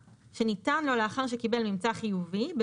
שניתן לו לאחר שקיבל ממצא חיובי ל-n-cov